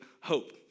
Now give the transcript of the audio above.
Hope